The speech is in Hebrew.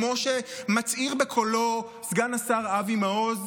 כמו שמצהיר בקולו סגן השר אבי מעוז,